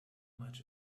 much